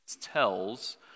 tells